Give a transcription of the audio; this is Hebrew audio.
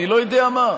אני לא יודע מה?